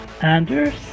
Anders